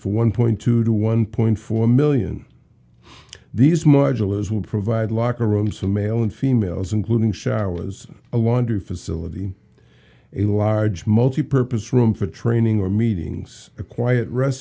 for one point two to one point four million these modulars will provide locker rooms for male and females including showers a laundry facility a large multipurpose room for training or meetings a quiet rest